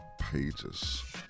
pages